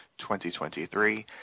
2023